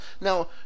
Now